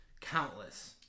countless